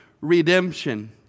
redemption